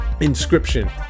Inscription